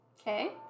Okay